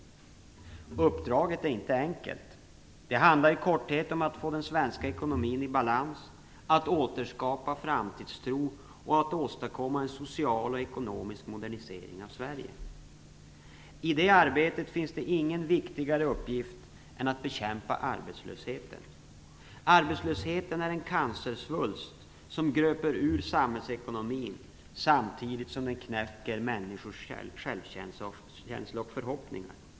Uppdraget är inte enkelt. Det handlar i korthet om att få den svenska ekonomin i balans, om att återskapa framtidstro och om att åstadkomma en social och ekonomisk modernisering av Sverige. I det arbetet finns det ingen uppgift som är viktigare än uppgiften att bekämpa arbetslösheten. Arbetslösheten är en cancersvulst som gröper ur samhällsekonomin, samtidigt som den knäcker människors självkänsla och förhoppningar.